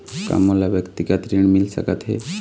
का मोला व्यक्तिगत ऋण मिल सकत हे?